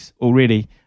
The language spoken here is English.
already